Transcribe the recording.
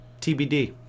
TBD